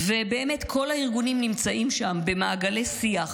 באמת כל הארגונים נמצאים שם במעגלי שיח,